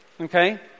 Okay